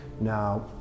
Now